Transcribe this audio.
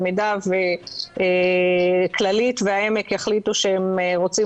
במידה וכללית והעמק יחליטו שהם רוצים